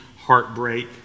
heartbreak